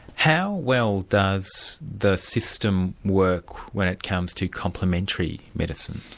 how well does the system work when it comes to complementary medicine?